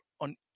on